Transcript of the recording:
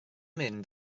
mynd